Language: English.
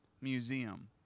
museum